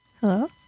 Hello